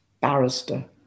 barrister